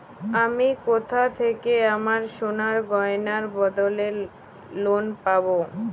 আমি কোথা থেকে আমার সোনার গয়নার বদলে লোন পাবো?